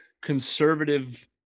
conservative